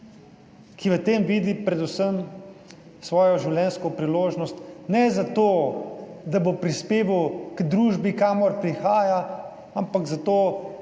ki v tem vidi predvsem svojo življenjsko priložnost, ne za to, da bo prispeval k družbi kamor prihaja, ampak za to,